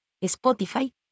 Spotify